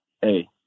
hey